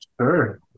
Sure